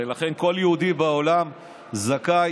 ולכן כל יהודי בעולם זכאי